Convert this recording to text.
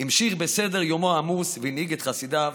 המשיך בסדר-יומו העמוס והנהיג את חסידיו